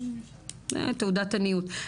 תעודת עניות,